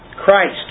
Christ